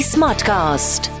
Smartcast